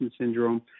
syndrome